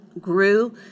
grew